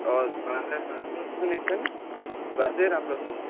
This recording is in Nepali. हजुर सुनेको छैन भए चाहिँ राम्रो सुन्थ्यो